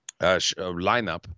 lineup